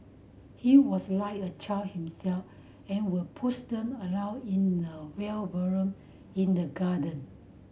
he was like a child himself and would push them around in a wheelbarrow in the garden